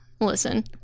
listen